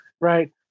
right